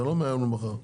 זה לא מהיום למחר.